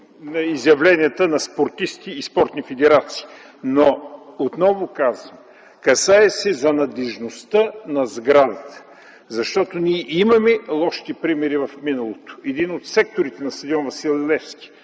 по изявленията на спортисти и спортни федерации. Но, отново казвам, касае се за надеждността на сградата, защото имаме лошите примери в миналото. Един от секторите на стадиона „Васил Левски”